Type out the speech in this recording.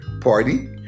Party